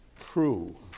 true